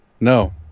no